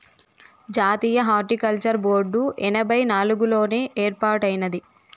జాతీయ horticulture board ఎనభై నాలుగుల్లోనే ఏర్పాటైనాది